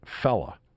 fella